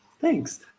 thanks